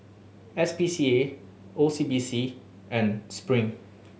S P C A O C B C and Spring